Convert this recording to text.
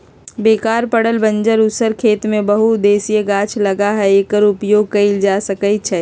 बेकार पड़ल बंजर उस्सर खेत में बहु उद्देशीय गाछ लगा क एकर उपयोग कएल जा सकै छइ